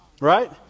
Right